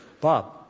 Bob